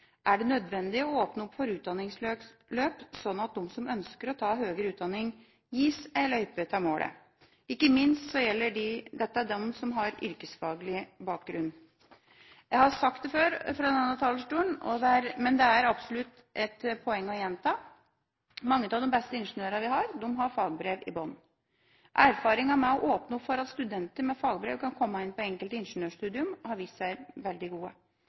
er det nødvendig å åpne opp for utdanningsløp som gjør at de som ønsker å ta høyere utdanning, gis en løype til målet – ikke minst gjelder dette de som har yrkesfaglig bakgrunn. Jeg har sagt det før fra denne talerstolen, men det er absolutt et poeng å gjenta det: Mange av de beste ingeniørene vi har, har fagbrev i bunnen. Erfaringene med å åpne opp for at studenter med fagbrev kan komme inn på enkelte ingeniørstudier, har vært veldig gode.